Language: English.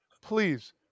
Please